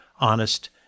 honest